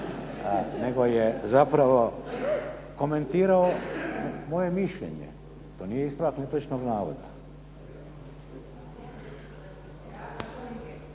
Nego je zapravo komentirao moje mišljenje. To nije ispravak netočnog navoda.